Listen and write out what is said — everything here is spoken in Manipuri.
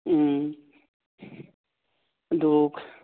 ꯎꯝ ꯑꯗꯨ